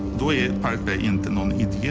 the pirate bay into and um